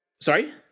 Sorry